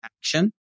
action